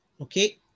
Okay